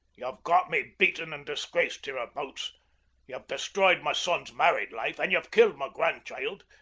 ye've got me beaten and disgraced hereabouts, ye've destroyed my son's married life, and ye've killed my grandchild.